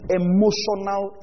emotional